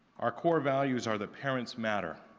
our core values are the parents matter.